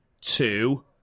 two